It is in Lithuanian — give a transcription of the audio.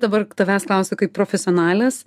dabar tavęs klausiu kaip profesionalės